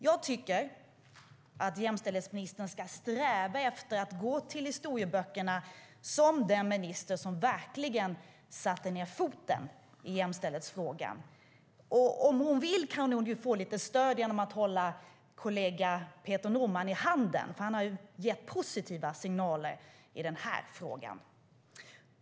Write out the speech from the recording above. Jag tycker att jämställdhetsministern ska sträva efter att gå till historieböckerna som den minister som verkligen satte ned foten i jämställdhetsfrågan. Om hon vill kan hon få lite stöd genom att hålla kollegan Peter Norman i handen. Han har gett positiva signaler i den här frågan.